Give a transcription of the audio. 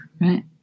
Right